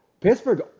Pittsburgh